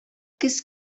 kız